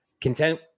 content